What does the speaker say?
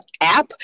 app